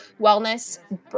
wellness